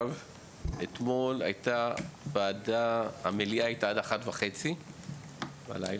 אתמול הייתה מליאה עד השעה 01:30 בלילה